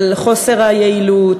על חוסר היעילות,